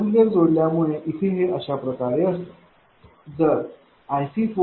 capacitor जोडल्या मुळे इथे हे अशाप्रकारे असेल